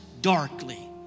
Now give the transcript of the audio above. darkly